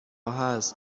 هست